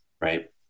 right